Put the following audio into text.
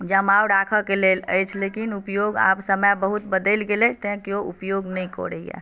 जमाव राखय के लेल अछि लेकिन उपयोग आब समय बहुत बदलि गेलै तैं कोइ उपयोग नहि करैया